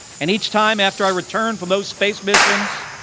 and each time after i returned from those space missions,